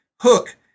hook